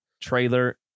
trailer